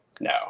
No